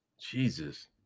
Jesus